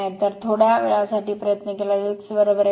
तर थोड्या वेळासाठी प्रयत्न केल्यास x 1